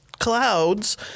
Clouds